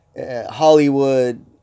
Hollywood